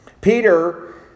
Peter